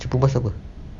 cepumas apa